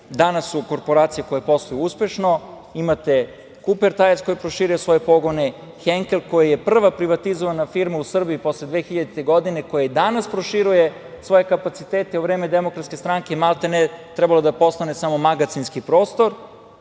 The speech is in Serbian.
Danas su korporacija koja posluje uspešno. Imate „Kuper tajer“ koji je proširio svoje pogone, „Henkel“ koji je prva privatizovana firma u Srbiji posle 2000. godine, koja i danas proširuje svoje kapacitete. U vreme Demokratske stranke maltene trebalo je da postane samo magacinski prostor.